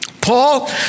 Paul